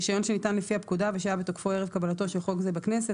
"רישיון שניתן לפי הפקודה ושהיה בתקפו ערב קבלתו של חוק זה בכנסת,